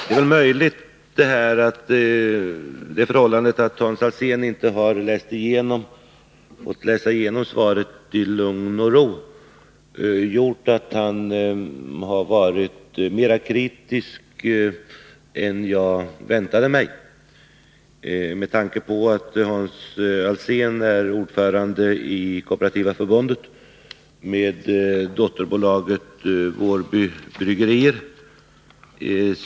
Det är möjligt att det förhållandet att Hans Alsén inte har fått tillfälle att läsa igenom svaret i lugn och ro har gjort att han varit mera kritisk än jag väntat mig. Hans Alsén är ordförande i Kooperativa förbundet med dotterbolaget Wårby Bryggerier.